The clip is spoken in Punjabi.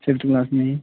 fifth class may